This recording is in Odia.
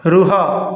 ରୁହ